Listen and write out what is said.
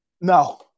No